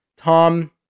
Tom